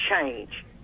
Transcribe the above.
change